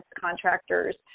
contractors